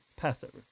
Passover